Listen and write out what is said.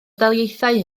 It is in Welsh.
daleithiau